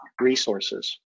resources